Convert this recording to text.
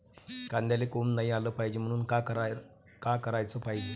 कांद्याला कोंब नाई आलं पायजे म्हनून का कराच पायजे?